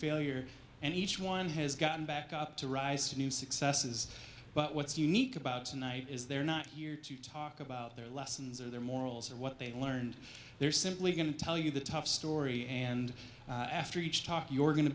failure and each one has gotten back up to rise to new successes but what's unique about tonight is they're not here to talk about their lessons or their morals or what they learned they're simply going to tell you the tough story and after each talk you're going to